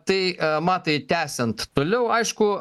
tai matai tęsiant toliau aišku